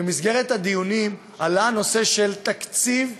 במסגרת הדיונים עלה הנושא של תקציב הרשות,